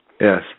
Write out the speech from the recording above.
Yes